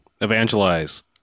evangelize